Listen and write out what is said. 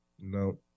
No